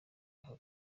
aka